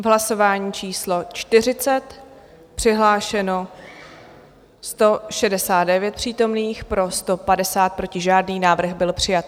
V hlasování číslo 40 přihlášeno 169 přítomných, pro 150, proti žádný, návrh byl přijat.